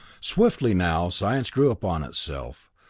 swiftly now, science grew upon itself,